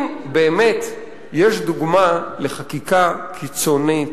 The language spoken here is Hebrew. אם באמת יש דוגמה לחקיקה קיצונית,